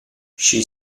she